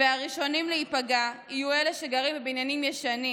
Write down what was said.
והראשונים להיפגע יהיו אלה שגרים בבניינים ישנים,